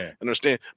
Understand